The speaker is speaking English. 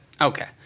okay